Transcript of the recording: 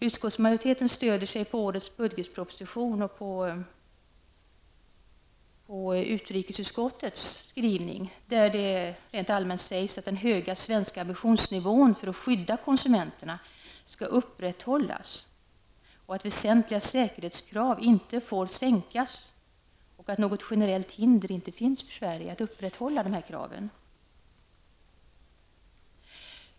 Utskottsmajoriteten stödjer sig på årets budgetproposition och på utrikesutskottets skrivning, där det rent allmänt sägs att den höga svenska ambitionsnivån för att skydda konsumenterna skall upprätthållas, att väsentliga säkerhetskrav inte får sänkas och att något generellt hinder inte finns från Sverige att upprätthålla dessa krav.